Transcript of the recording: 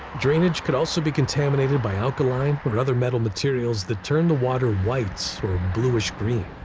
drainage could also be contaminated by alkaline but or other metal materials that turn the water white or blueish-green.